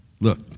Look